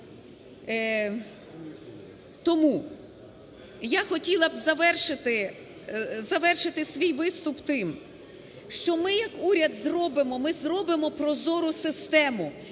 Тому я хотіла б завершити свій виступ тим, що ми як уряд зробимо, ми зробимо